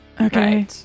okay